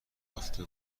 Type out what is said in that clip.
یافته